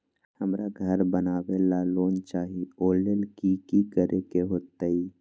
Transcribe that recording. हमरा घर बनाबे ला लोन चाहि ओ लेल की की करे के होतई?